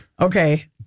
okay